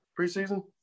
preseason